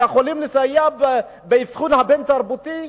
שיכולים לסייע באבחון הבין-תרבותי?